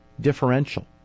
differential